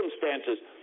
circumstances